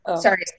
Sorry